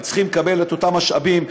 הם צריכים לקבל את אותם משאבים,